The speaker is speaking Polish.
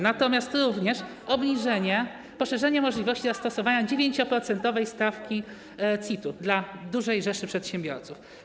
Natomiast również obniżenie, poszerzenie możliwości zastosowania 9-procentowej stawki CIT-u dla dużej rzeszy przedsiębiorców.